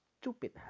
stupid